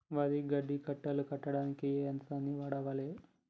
వరి గడ్డి కట్టలు కట్టడానికి ఏ యంత్రాన్ని వాడాలే?